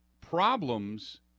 problems